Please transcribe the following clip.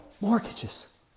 mortgages